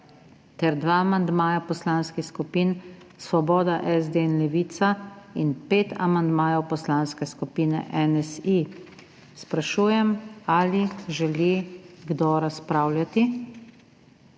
ter dva amandmajaposlanskih skupin Svoboda, SD in Levica in pet amandmajev Poslanske skupine NSi. Sprašujem, ali želi kdo razpravljati.